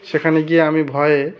সেখানে গিয়ে আমি ভয়ে